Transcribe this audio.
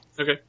Okay